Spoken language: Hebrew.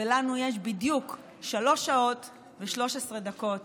ולנו יש בדיוק שלוש שעות ו-13 דקות